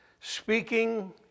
speaking